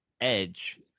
Edge